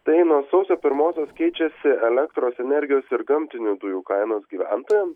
tai nuo sausio pirmosios keičiasi elektros energijos ir gamtinių dujų kainos gyventojam